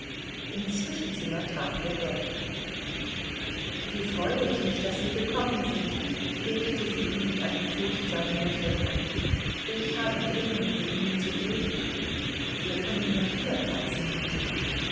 im zwischenzimmer traf er dolly wie freue ich mich daß sie gekommen sind redete sie ihn mit einem furchtsamen lächeln an ich habe dringend mit ihnen zu reden wir können ja hier platz nehmen